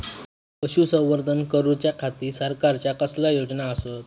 पशुसंवर्धन करूच्या खाती सरकारच्या कसल्या योजना आसत?